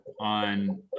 on